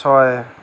ছয়